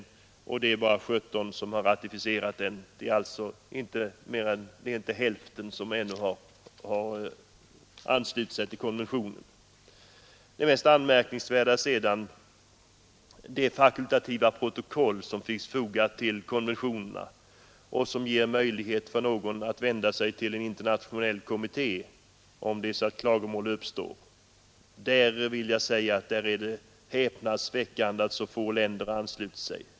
Det är bara 17 länder som ratificerat den. Det är alltså inte hälften som ännu anslutit sig till konventionen. Det mest anmärkningsvärda är det fakultativa protokoll som är fogat till konventionerna och som ger möjlighet till den som så önskar att vända sig till en internationell kommitté med klagomål. Det är häpnadsväckande att så få länder har anslutit sig.